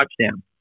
touchdown